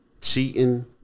cheating